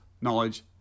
knowledge